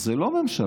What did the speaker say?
זה לא הממשלה.